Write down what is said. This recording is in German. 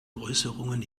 äußerungen